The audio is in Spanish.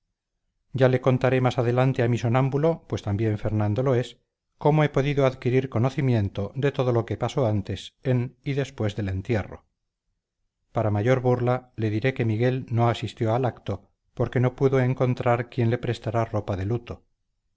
ya le contaré más adelante a mi sonámbulo pues también fernando lo es cómo he podido adquirir conocimiento de todo lo que pasó antes en y después del entierro para mayor burla le diré que miguel no asistió al acto porque no pudo encontrar quien le prestara ropa de luto